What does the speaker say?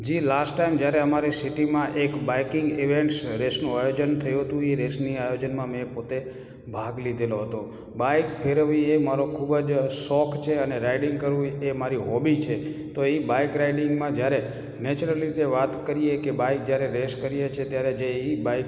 જે last time જ્યારે અમારી સિટીમાં એક બાઇકિંગ ઈવેન્ટ્સ રેસનું આયોજન થયું હતું એ રેસની આયોજનમાં મેં પોતે ભાગ લીધેલો હતો બાઇક ફેરવવી એ મારો ખૂબ જ શોખ છે અને રાઇડિંગ કરવું એ મારી હૉબી છે તો એ બાઇક રાઇડિંગમાં જયારે નેચરલી જે વાત કરીએ કે બાઇક જ્યારે રેસ કરીએ છીએ ત્યારે એ બાઇક